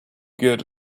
good